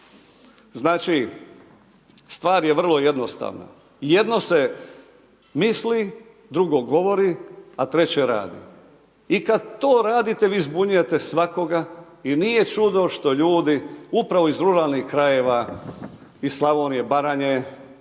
Znači stvar je vrlo jednostavna, jedno se misli, drugo govori, a treće radi. I kad to radite vi zbunjujete svakoga i nije čudo što ljudi upravo iz ruralnih krajeva iz Slavnije, Baranje,